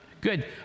good